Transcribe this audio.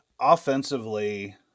Offensively